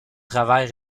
travail